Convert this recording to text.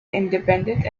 independent